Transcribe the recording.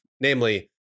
namely